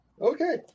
Okay